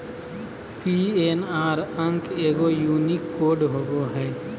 PNR अंक एगो unique code होबो हइ